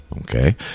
Okay